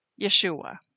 Yeshua